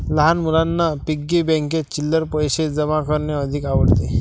लहान मुलांना पिग्गी बँकेत चिल्लर पैशे जमा करणे अधिक आवडते